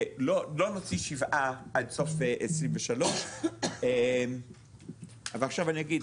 לא נוציא שבעה עד סוף 2023. ועכשיו אני אגיד,